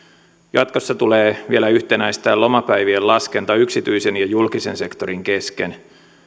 jatkossa tulee vielä yhtenäistää lomapäivien laskenta yksityisen ja julkisen sektorin kesken